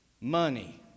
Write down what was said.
money